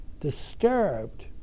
disturbed